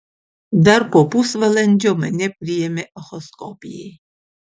dar po pusvalandžio mane priėmė echoskopijai